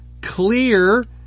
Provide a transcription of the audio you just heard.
clear